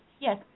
Yes